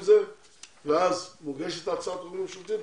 ואז מוגשת הצעת החוק הממשלתית,